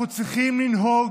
אנחנו צריכים לנהוג,